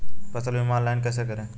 फसल बीमा ऑनलाइन कैसे करें?